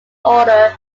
order